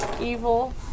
evil